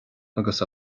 agus